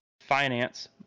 finance